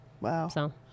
wow